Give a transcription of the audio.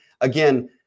Again